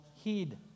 heed